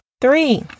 three